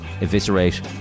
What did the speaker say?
eviscerate